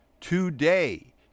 Today